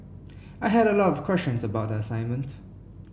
I had a lot of questions about the assignment